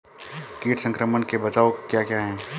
कीट संक्रमण के बचाव क्या क्या हैं?